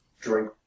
drink